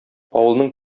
авылның